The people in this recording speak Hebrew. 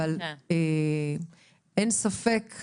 אבל אין ספק,